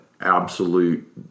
absolute